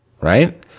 right